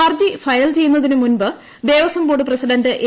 ഹർജി ഫയൽ ചെയ്യുന്നതിന് മുമ്പ് ദേവസ്വംബോർഡ് പ്രസിഡന്റ് എ